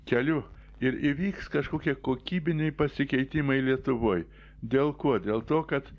keliu ir įvyks kažkokie kokybiniai pasikeitimai lietuvoj dėl ko dėl to kad